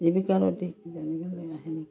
জীৱিকাৰ অধিক জানিবলৈ আহে